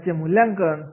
त्याचे मूल्यांकन